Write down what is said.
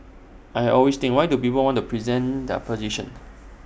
and I always think why do people want to present their position